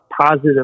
positive